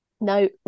no